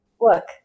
Look